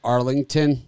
Arlington